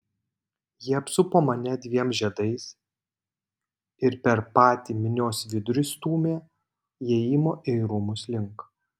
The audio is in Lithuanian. jie apsupo mane dviem žiedais ir per patį minios vidurį stūmė įėjimo į rūmus link